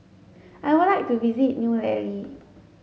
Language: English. I would like to visit New Delhi